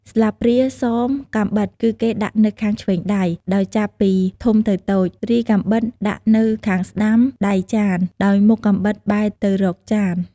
ស្លាបព្រា សម កាំបិត គឺគេដាក់នៅខាងឆ្វេងដៃ ដោយចាប់ពីធំទៅតូច រីកាំបិតដាក់នៅខាងស្តាំដៃចាន ដោយមុខកាំបិតបែរទៅរកចាន។